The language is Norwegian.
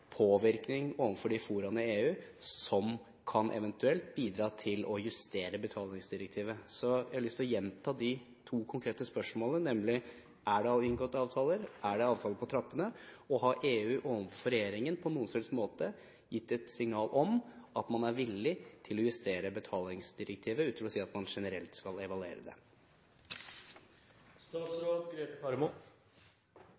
påvirkning overfor de foraene i EU som eventuelt kan bidra til å justere betalingsdirektivet. Så jeg har lyst til å gjenta de to konkrete spørsmålene, nemlig: Er det inngått avtaler, er det avtaler på trappene? Og har EU overfor regjeringen på noen som helst måte gitt et signal om at man er villig til å justere betalingsdirektivet, utover å si at man generelt skal evaluere